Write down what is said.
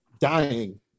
dying